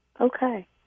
Okay